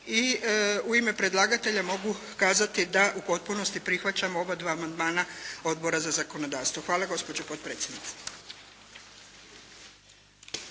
i u ime predlagatelja mogu kazati da u potpunosti prihvaćamo oba dva amandmana Odbora za zakonodavstvo. Hvala gospođo potpredsjednice.